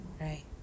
right